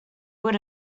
would